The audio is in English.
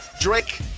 Drake